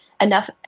enough